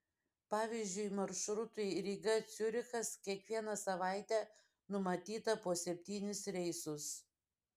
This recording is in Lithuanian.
pavyzdžiui maršrutui ryga ciurichas kiekvieną savaitę numatyta po septynis reisus